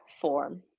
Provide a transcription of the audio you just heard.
form